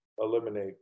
eliminate